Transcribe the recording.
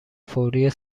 فوری